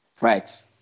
Right